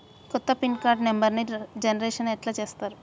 కొత్త pin card నెంబర్ని generation ఎట్లా చేత్తరు?